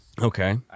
Okay